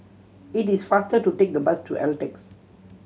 it is faster to take the bus to Altez